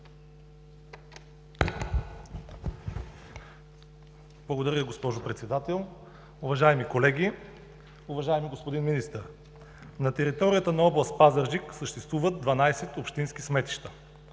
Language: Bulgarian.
Благодаря Ви, госпожо Председател. Уважаеми колеги, уважаеми господин Министър! На територията на област Пазарджик съществуват 12 общински сметища.